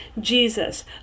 Jesus